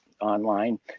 online